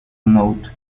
note